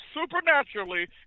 supernaturally